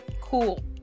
cool